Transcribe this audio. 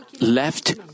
left